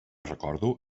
recordo